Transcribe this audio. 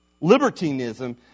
libertinism